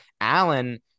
Allen